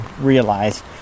realize